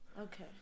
okay